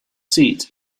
seat